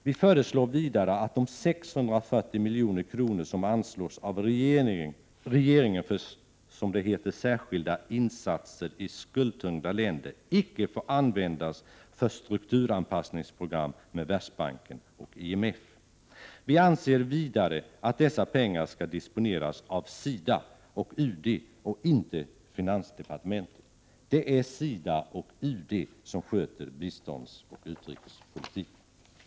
Vi föreslår också att de 640 milj.kr. som anslås av regeringen för, som det heter, särskilda insatser i skuldtyngda länder icke får användas för struktur 19 Prot. 1988/89:99 anpassningsprogram med Världsbanken och IMF. Vi anser vidare att dessa 19 april 1989 pengar skall disponeras av SIDA och UD och inte av finansdepartementet. ä Det är SIDA och UD som sköter biståndsoch utrikespolitik. Internationellt utveck